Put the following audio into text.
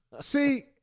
See